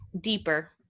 deeper